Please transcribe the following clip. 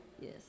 yes